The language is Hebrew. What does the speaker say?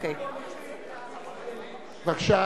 בבקשה.